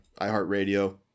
iHeartRadio